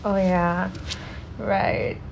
oh ya right